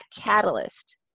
catalyst